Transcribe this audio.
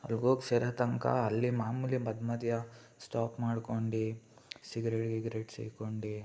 ಅಲ್ಗೋಗಿ ಸೇರೊ ತನಕ ಅಲ್ಲಿ ಮಾಮೂಲಿ ಮಧ್ಯ ಮಧ್ಯ ಸ್ಟಾಪ್ ಮಾಡ್ಕೊಂಡು ಸಿಗರೇಟ್ ಗಿಗರೇಟ್ ಸೇದ್ಕೊಂಡು